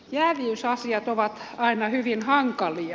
jääviysasiat ovat aina hyvin hankalia